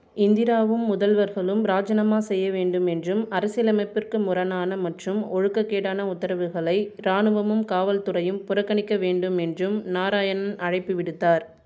இந்திராவும் முதல்வர்களும் ராஜினமா செய்ய வேண்டும் என்றும் அரசியலமைப்பிற்கு முரணான மற்றும் ஒழுக்கக்கேடான உத்தரவுகளை ராணுவமும் காவல்துறையும் புறக்கணிக்க வேண்டும் என்றும் நாராயண் அழைப்பு விடுத்தார்